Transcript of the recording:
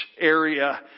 area